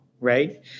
right